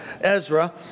Ezra